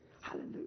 Hallelujah